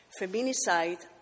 Feminicide